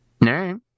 No